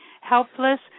helpless